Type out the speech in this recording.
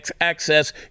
access